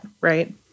right